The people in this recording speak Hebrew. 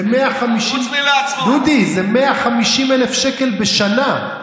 זה 150,000, חוץ, דודי, זה 150,000 בשנה.